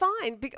fine